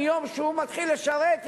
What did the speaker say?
מיום שהוא מתחיל לשרת,